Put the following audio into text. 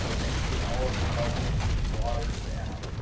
ah make sure all of the bubbles and water is out.